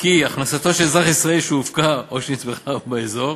כי הכנסתו של אזרח ישראלי שהופקה או שנצמחה באזור,